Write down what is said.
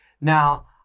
Now